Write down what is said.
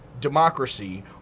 democracy